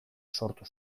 sortu